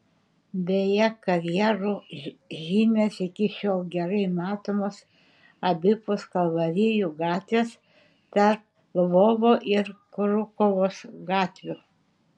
beje karjerų žymės iki šiol gerai matomos abipus kalvarijų gatvės tarp lvovo ir krokuvos gatvių